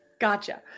Gotcha